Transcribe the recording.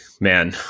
man